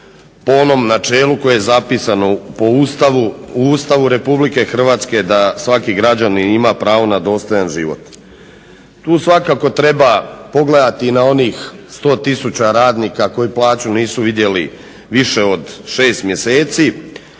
po onom načelu koje je zapisano u Ustavu RH da svaki građanin ima pravo na dostojan život. Tu svakako treba pogledati i na onih 100 tisuća radnika koji plaću nisu vidjeli više od 6 mjeseci,